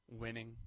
winning